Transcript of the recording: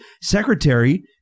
secretary